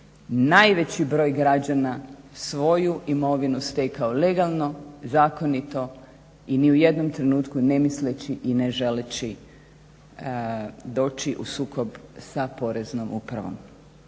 najveći broj građana svoju imovinu stekao legalno, zakonito i ni u jednom trenutku ne misleći i ne želeći doći u sukob sa Poreznom upravom.